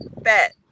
Bet